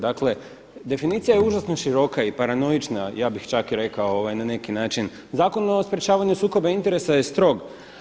Dakle, definicija je užasno široka i paranoična, ja bih čak i rekao na neki način Zakon o sprječavanju sukoba interesa je strog.